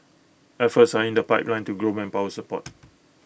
efforts are in the pipeline to grow manpower support